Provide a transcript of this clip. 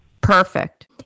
Perfect